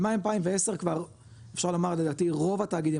אבל מ-2010 כבר אפשר לומר לדעתי רוב התאגידים,